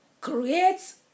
creates